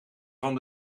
van